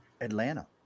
atlanta